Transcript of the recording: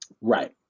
Right